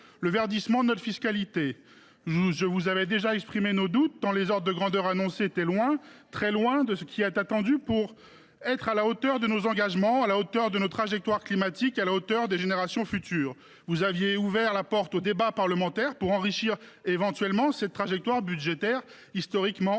le verdissement de notre fiscalité. Je vous avais déjà fait part de nos doutes, tant les ordres de grandeur annoncés étaient loin de ce qui est attendu pour être à la hauteur de nos engagements, de nos trajectoires climatiques et des générations futures. Vous aviez ouvert la porte aux débats parlementaires pour enrichir éventuellement cette trajectoire budgétaire historiquement verte.